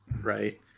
right